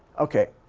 okay.